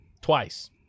twice